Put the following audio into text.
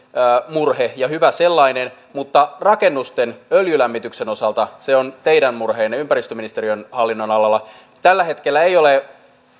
murhe ja hyvä sellainen mutta rakennusten öljylämmityksen osalta teidän murheenne ympäristöministeriön hallinnonalalla niin tällä hetkellä ei ole